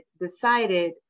decided